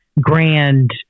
grand